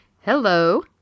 Hello